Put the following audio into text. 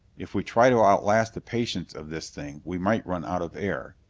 if we try to outlast the patience of this thing we might run out of air,